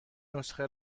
نسخه